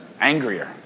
angrier